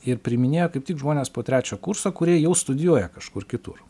ir priiminėjo kaip tik žmones po trečio kurso kurie jau studijuoja kažkur kitur